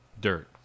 dirt